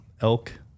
elk